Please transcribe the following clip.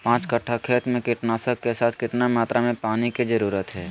पांच कट्ठा खेत में कीटनाशक के साथ कितना मात्रा में पानी के जरूरत है?